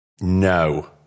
No